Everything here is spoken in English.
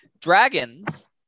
Dragons